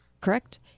correct